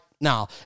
Now